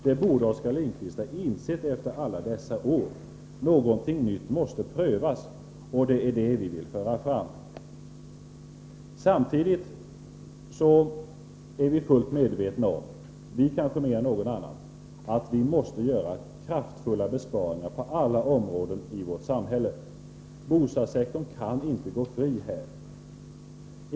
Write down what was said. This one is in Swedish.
Det borde Oskar Lindkvist ha insett efter alla dessa år. Någonting nytt måste prövas, och det är detta vi vill föra fram. Samtidigt är vi fullt medvetna om att — vi kanske mer än någon annan — vi måste göra kraftfulla besparingar på alla områden i vårt samhälle. Bostadssektorn kan inte gå fri i detta avseende.